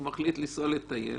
הוא מחליט לנסוע לו לטייל,